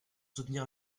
soutenir